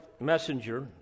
messenger